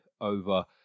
over